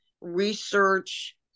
research